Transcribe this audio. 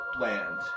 land